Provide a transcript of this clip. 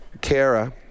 Kara